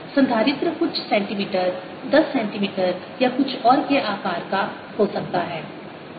संधारित्र कुछ centimetre 10 centimetre या कुछ और के आकार का हो सकता है